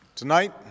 Tonight